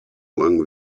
lang